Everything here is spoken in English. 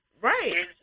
right